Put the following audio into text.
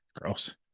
Gross